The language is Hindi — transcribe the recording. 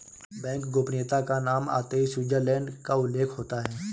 बैंक गोपनीयता का नाम आते ही स्विटजरलैण्ड का उल्लेख होता हैं